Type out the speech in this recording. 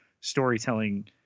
storytelling